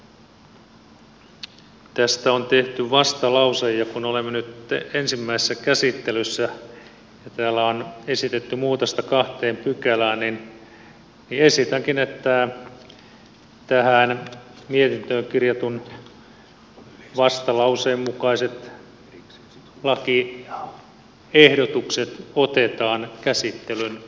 sen takia tästä on tehty vastalause ja kun olemme nyt ensimmäisessä käsittelyssä ja täällä on esitetty muutosta kahteen pykälään niin esitänkin että tähän mietintöön kirjatun vastalauseen mukaiset lakiehdotukset otetaan käsittelyn pohjaksi